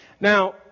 Now